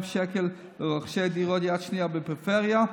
שקל לרוכשי דירות יד שנייה בפריפריה.